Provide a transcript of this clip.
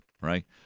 right